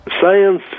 Science